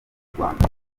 rwanda